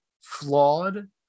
flawed